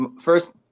First